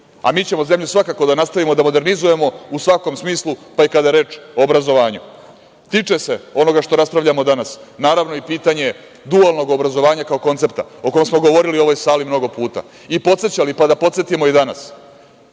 A mi ćemo zemlju svakako da nastavimo da modernizujemo u svakom smislu, pa i kada je reč o obrazovanju. Tiče se onoga što raspravljamo danas, naravno, i pitanje dualnog obrazovanja, kao koncepta o kom smo govorili u ovoj sali mnogo puta i podsećali, pa da podsetimo i danas.